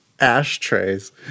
Ashtrays